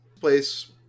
Place